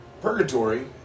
purgatory